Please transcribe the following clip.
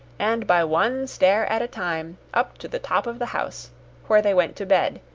and by one stair at a time, up to the top of the house where they went to bed,